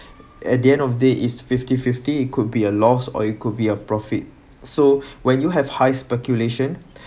at the end of day is fifty fifty it could be a lost or it could be a profit so when you have high speculation